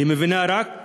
היא מבינה רק